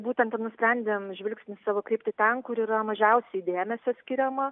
būtent nusprendėm žvilgsnį savo kreipti ten kur yra mažiausiai dėmesio skiriama